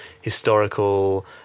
historical